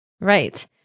Right